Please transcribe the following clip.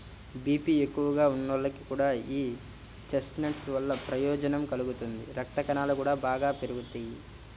BP ఎక్కువగా ఉన్నోళ్లకి కూడా యీ చెస్ట్నట్స్ వల్ల ప్రయోజనం కలుగుతుంది, రక్తకణాలు గూడా బాగా పెరుగుతియ్యి